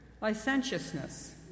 licentiousness